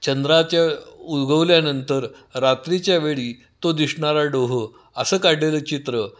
चंद्राच्या उगवल्यानंतर रात्रीच्या वेळी तो दिसणारा डोह असं काढलेलं चित्र